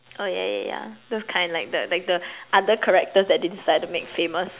oh yeah yeah yeah those kind like the like the other characters that they decide to make famous